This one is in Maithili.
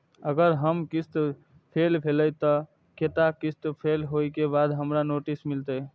अगर हमर किस्त फैल भेलय त कै टा किस्त फैल होय के बाद हमरा नोटिस मिलते?